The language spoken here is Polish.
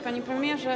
Panie Premierze!